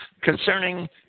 concerning